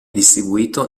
distribuito